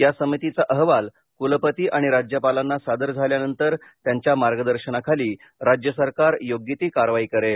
या समितीचा अहवाल कुलपती आणि राज्यपालांना सादर झाल्यानंतर त्यांच्या मार्गदर्शनाखाली राज्य सरकार योग्य ती कारवाई करेल